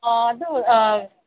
ꯑꯥ ꯑꯗꯨ